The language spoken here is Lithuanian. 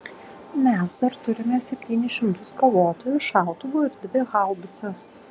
mes dar turime septynis šimtus kovotojų šautuvų ir dvi haubicas